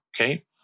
okay